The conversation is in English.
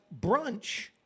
brunch